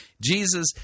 Jesus